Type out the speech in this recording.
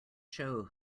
show